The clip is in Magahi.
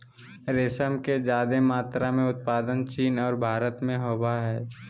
रेशम के ज्यादे मात्रा में उत्पादन चीन और भारत में होबय हइ